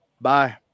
Bye